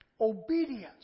Obedience